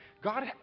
God